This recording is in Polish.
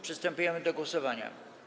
Przystępujemy do głosowania.